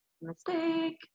Mistake